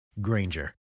granger